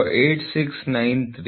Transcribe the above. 08693 ಮತ್ತು ಮೈನಸ್ 0